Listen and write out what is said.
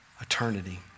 eternity